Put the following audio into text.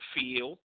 feel